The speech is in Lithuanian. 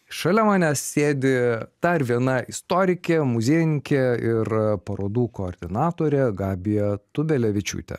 šalia manęs sėdi dar viena istorikė muziejininkė ir parodų koordinatorė gabija tubelevičiūtė